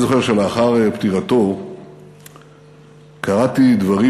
אני זוכר שלאחר פטירתו קראתי דברים